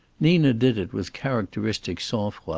nina did it with characteristic sangfroid,